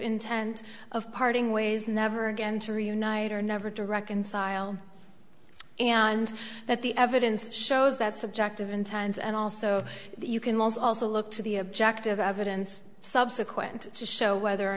intent of parting ways never again to reunite or never to reconcile and that the evidence shows that subjective intense and also you can also look to the objective evidence subsequent to show whether or